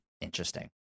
interesting